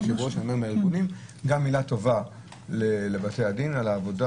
היושב-ראש אלא מהארגונים גם מילה טובה לבתי הדין על העבודה